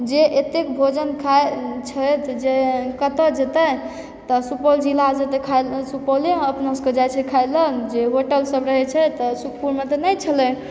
जे एतेक भोजन खाइ छथि जे कतऽ जेतै तऽ सुपौल जिला जेतै खाइ लऽ सुपौले अपना सबके जाइ छै खाइ लऽ जे होटल सब रहै छै तऽ सुप्पुरमे तऽ नइँ छलै